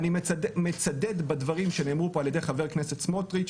אני מצדד בדברים שנאמרו פה על ידי חבר הכנסת סמוטריץ',